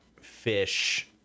fish